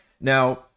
Now